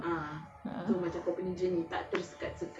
like neelofa ah macam neelofa